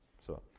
so.